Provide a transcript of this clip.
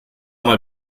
mal